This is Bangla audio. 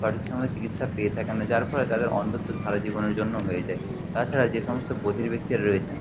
সঠিক সময়ে চিকিৎসা পেয়ে থাকেন না যার ফলে তাদের অন্ধত্ব সারাজীবনের জন্য হয়ে যায় তাছাড়া যে সমস্ত বধির ব্যক্তিরা রয়েছেন